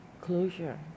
closure